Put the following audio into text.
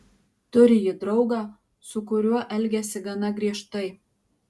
turi ji draugą su kuriuo elgiasi gana griežtai